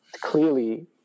clearly